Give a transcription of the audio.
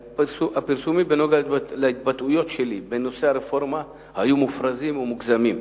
הפרסומים בנוגע להתבטאויות שלי בנושא הרפורמה היו מופרזים ומוגזמים.